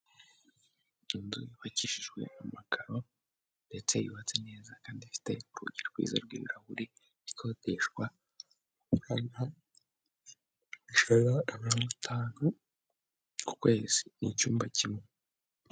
Inzu yubakishijwe amakaro ndetse yubatse neza kandi ifite urugi rwiza rw'ibirahure ikodeshwa amafaranga ijana na mirongo itanu ku kwezi n'icyumba kimwe.